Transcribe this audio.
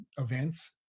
events